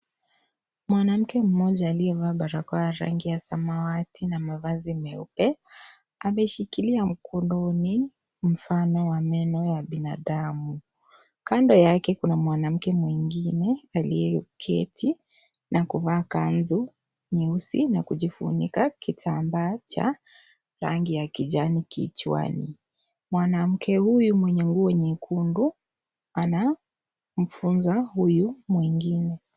Mwanamke mmoja aliyevaa barakoa ya rangi ya samawati na mavazi meupe, ameshikilia mkononi mfano wa meno ya binadamu. Kando yake, kuna mwanamke mwingine, aliyeketi na kuvaa kanzu nyeusi na kujifunika kitambaa cha rangi ya kijani kichwani. Mwanamke huyu mwenye nguo nyekundu, anamfunza huyu mwingine.